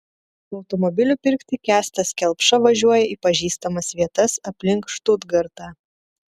automobilių pirkti kęstas kelpša važiuoja į pažįstamas vietas aplink štutgartą